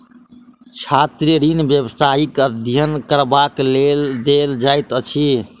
छात्र ऋण व्यवसायिक अध्ययन करबाक लेल देल जाइत अछि